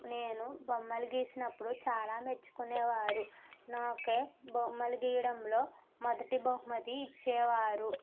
నేను బొమ్మలు గీసినప్పుడు చాలా మెచ్చుకునేవారు నాకే బొమ్మలు గీయడంలో మొదటి బహుమతి ఇచ్చేవారు